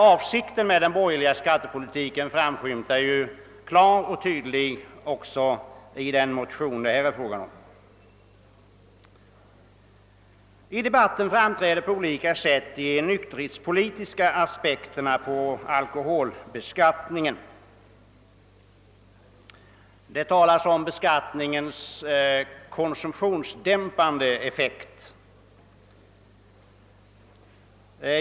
Avsikten med den borgerliga skattepolitiken framträder klar och tydlig också i den motion det här gäller. I denna debatt framskymtar på olika sätt de nykterhetspolitiska aspekterna på alkoholbeskattningen. Det talas t.ex. om .beskattningens konsumtionsdämpande effekt.